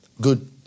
good